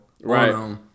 right